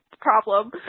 problem